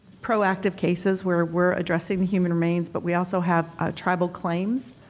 proactive cases where we're addressing the human remains but we also have tribal claims.